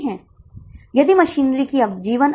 ठीक है तो ये एक बुनियादी गणना थी